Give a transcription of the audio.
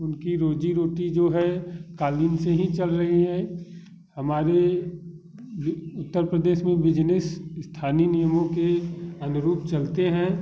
उनकी रोजी रोटी जो है कालीन से ही चल रही है हमारे जो उत्तर प्रदेश में बिजनेस स्थानीय नियमों के अनुरूप चलते हैं